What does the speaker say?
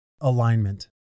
alignment